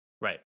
Right